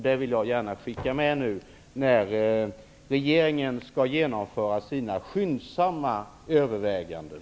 Det vill jag gärna skicka med nu när regeringen skall genomföra sina skyndsamma överväganden.